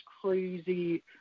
crazy